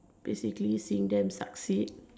basically seeing them succeed